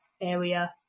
area